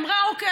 אמרה: אוקיי,